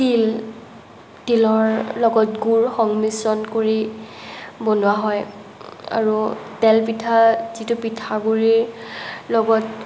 তিল তিলৰ লগত গুৰ সংমিশ্ৰণ কৰি বনোৱা হয় আৰু তেল পিঠা যিটো পিঠাগুৰি লগত